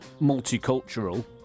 multicultural